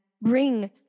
bring